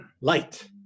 light